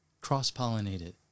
cross-pollinated